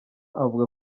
avuga